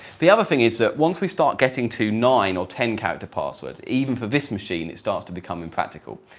the other thing is that once we start getting to nine or ten character passwords, even for this machine it starts to become impractical.